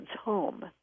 home